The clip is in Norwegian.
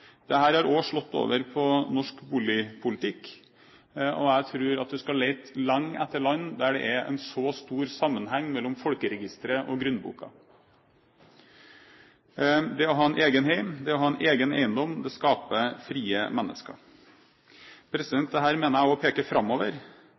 slått over på norsk boligpolitikk, og jeg tror at man skal lete lenge etter land der det er en så stor sammenheng mellom folkeregisteret og grunnboka. Det å ha en egen heim, det å ha en egen eiendom, skaper frie mennesker.